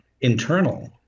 internal